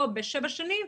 או בשבע שנים,